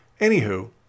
Anywho